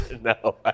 No